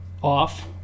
off